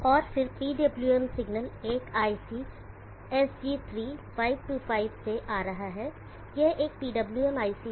और फिर PWM signal एक IC SG3 525 से आ रहा है यह एक PWM IC है